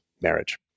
marriage